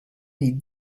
des